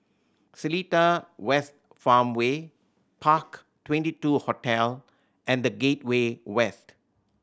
Seletar West Farmway Park Twenty two Hotel and The Gateway West